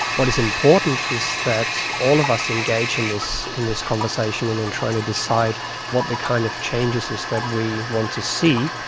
what is important is that all of us engage in this in this conversation and in trying to decide what the kind of changes are that we want to see,